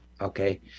Okay